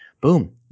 Boom